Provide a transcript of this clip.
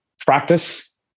Practice